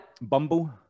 Bumble